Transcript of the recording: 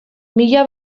mila